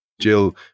jill